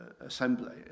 assembly